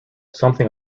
something